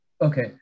Okay